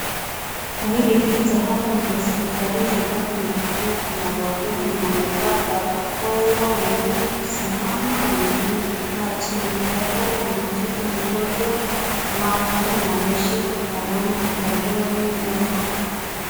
Kwa hili picha hapa ni hospitalini ambapo tunawaona kuna wagonjwa na wamevaa barakoa, wengine kusimama na wengine kukaa chini . Dakitari anamtibu mgonjwa wake na ameshika kalamu mkononi mwake.